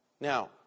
Now